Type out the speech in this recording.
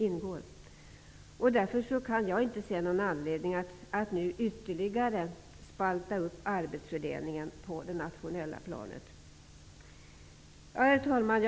Jag kan därför inte se någon anledning att nu ytterligare spalta upp arbetsfördelningen på det nationella planet. Herr talman!